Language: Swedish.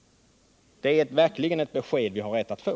Det är verkligen ett besked som vi har rätt att få.